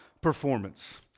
performance